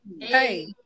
Hey